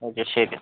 okay ശരി എന്നാൽ